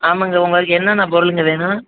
ஆமாங்க உங்களுக்கு என்னன்னாப் பொருளுங்க வேணும்